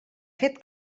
fet